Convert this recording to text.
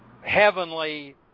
Heavenly